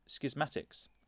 schismatics